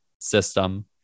system